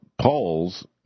polls